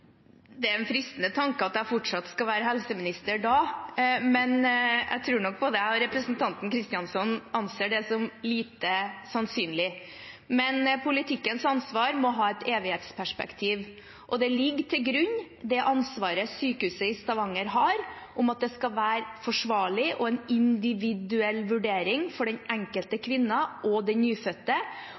Det er en fristende tanke at jeg fortsatt skal være helseminister da, men jeg tror nok både jeg og representanten Kristjánsson anser det som lite sannsynlig. Men politikkens ansvar må ha et evighetsperspektiv. Det ansvaret sykehuset i Stavanger har, ligger til grunn, at det skal være forsvarlig og én individuell vurdering for den enkelte kvinnen og den nyfødte,